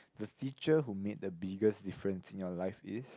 the teacher who made the biggest difference in your life is